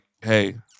Hey